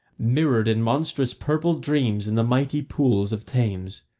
mirrored in monstrous purple dreams in the mighty pools of thames.